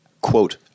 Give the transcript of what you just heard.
quote